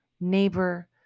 neighbor